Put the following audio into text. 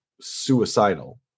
suicidal